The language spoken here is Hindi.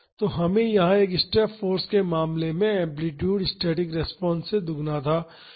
तो यहाँ एक स्टेप फाॅर्स के मामले में एम्पलीटूड स्टैटिक रिस्पांस से दोगुना था